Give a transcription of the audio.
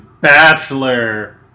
Bachelor